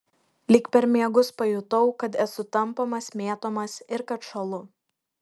lyg per miegus pajutau kad esu tampomas mėtomas ir kad šąlu